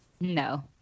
no